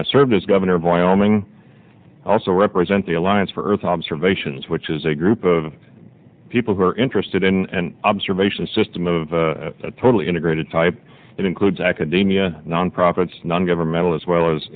i served as governor of wyoming also represent the alliance for earth observations which is a group of people who are interested in and observation system of a totally integrated type that includes academia non profits non governmental as well as